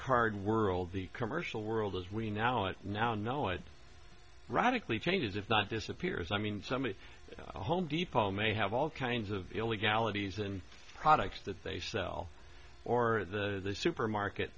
card world the commercial world as we now at now know it radically changes if that disappears i mean somebody's home depot may have all kinds of illegalities and products that they sell or the supermarket